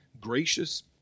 gracious